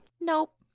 Nope